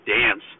dance